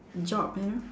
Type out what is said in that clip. job you know